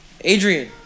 Adrian